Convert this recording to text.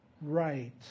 right